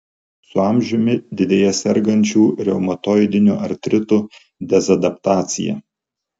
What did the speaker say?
su amžiumi didėja sergančių reumatoidiniu artritu dezadaptacija